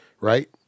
right